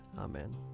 Amen